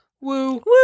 Woo